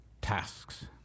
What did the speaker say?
tasks